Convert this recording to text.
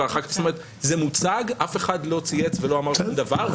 זה מוצג, אף אחד לא צייץ ולא אמר שום דבר.